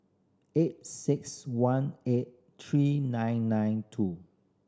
eight six one eight three nine nine two